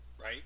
right